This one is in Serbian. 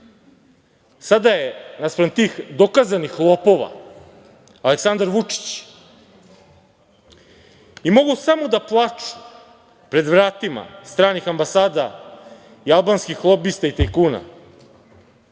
bili. Sada je naspram tih dokazanih lopova Aleksandar Vučić i mogu samo da plaču pred vratima stranih ambasada i albanskih lobista i tajkuna,